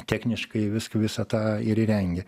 tekniškai visk visą tą ir įrengė